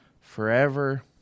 forever